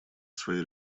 своей